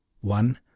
one